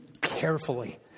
carefully